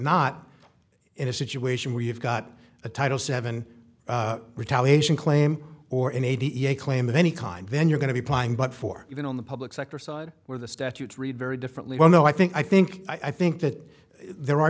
not in a situation where you've got a title seven retaliation claim or an eighty eight claim of any kind then you're going to be applying but for even on the public sector side where the statutes read very differently well no i think i think i think that there are